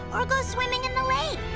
or go swimming in the lake.